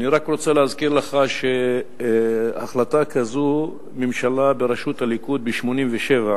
אני רוצה להזכיר לך שהחלטה כזאת קיבלה ממשלה בראשות הליכוד ב-1987,